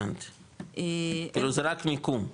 כאילו זה רק מיקום.